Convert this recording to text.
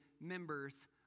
members